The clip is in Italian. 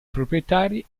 proprietari